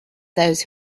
those